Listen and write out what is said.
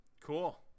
cool